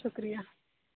شُکریہ